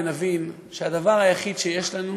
ונבין שהדבר היחיד שיש לנו